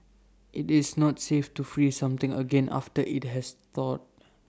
IT is not safe to freeze something again after IT has thawed